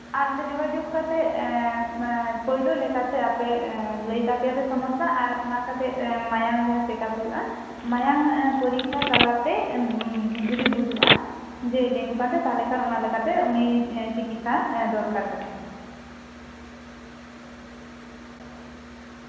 ᱟᱨ ᱚᱸᱰᱮ ᱡᱳᱜᱟᱡᱳᱜᱽ ᱠᱟᱛᱮ ᱮᱸᱜ ᱯᱳᱭᱞᱳ ᱞᱮᱠᱟᱛᱮ ᱟᱯᱮ ᱞᱟᱹᱭ ᱛᱟᱯᱮᱭᱟᱯᱮ ᱥᱚᱢᱚᱥᱥᱟ ᱟᱨ ᱮᱸᱜ ᱚᱱᱟ ᱞᱮᱠᱟᱛᱮ ᱢᱟᱭᱟᱢ ᱡᱟᱦᱟᱸ ᱪᱮᱠᱟᱯ ᱦᱩᱭᱩᱜᱼᱟ ᱢᱟᱭᱟᱢ ᱯᱚᱨᱤᱠᱠᱷᱟ ᱛᱟᱞᱟ ᱛᱮ ᱡᱩᱫᱤ ᱵᱩᱡᱩᱜᱼᱟ ᱡᱩᱫᱤ ᱰᱮᱝᱜᱩ ᱠᱟᱱ ᱛᱟᱭᱟ ᱛᱟᱦᱚᱞᱮ ᱠᱷᱟᱱ ᱚᱱᱟ ᱞᱮᱠᱟᱛᱮ ᱩᱱᱤ ᱪᱤᱠᱤᱛᱥᱟ ᱦᱩᱸ ᱫᱚᱨᱠᱟᱨ ᱠᱟᱱᱟ